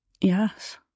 Yes